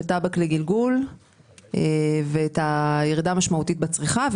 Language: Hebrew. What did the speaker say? טבק לגלגול ואת הירידה המשמעותית בצריכה.